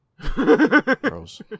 Gross